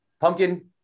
Pumpkin